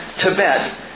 Tibet